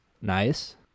Nice